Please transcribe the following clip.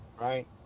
right